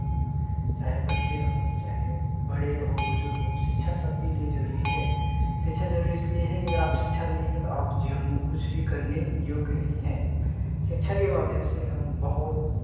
चाहे बच्चे हों चाहे बड़े हो बुज़ुर्ग शिक्षा सबके लिए ज़रूरी है शिक्षा ज़रूरी इसलिए है कि अगर आप शिक्षा नहीं है तो आप जीवन में कुछ भी करने योग्य नहीं हैं शिक्षा के माध्यम से हम बहुत